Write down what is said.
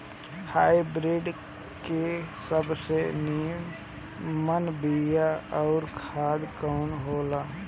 Hybrid के सबसे नीमन बीया अउर खाद कवन हो ला?